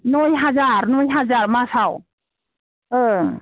नौ हाजार नौ हाजार मासाव ओं